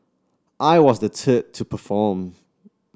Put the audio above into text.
I was the to perform